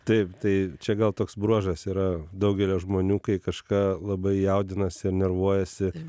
taip tai čia gal toks bruožas yra daugelio žmonių kai kažką labai jaudinasi nervuojasi